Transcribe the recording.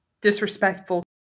disrespectful